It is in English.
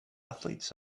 athletes